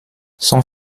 son